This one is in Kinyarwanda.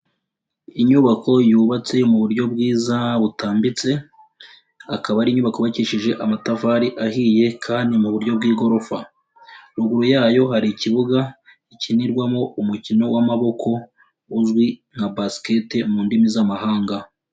Inyubako yubatse mu buryo bwiza butambitse, akaba ari inyubako yubakishije amatafari ahiye kandi mu buryo bw'igorofa, ruguru yayo hari ikibuga gikinirwamo umukino w'amaboko uzwi nka Basket mu ndimi z'amahanga.